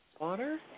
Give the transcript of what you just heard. water